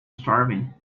starving